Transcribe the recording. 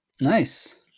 Nice